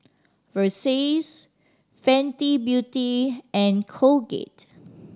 Versace Fenty Beauty and Colgate